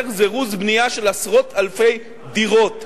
זירוז בנייה של עשרות אלפי דירות.